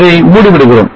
இதை மூடி விடுகிறோம்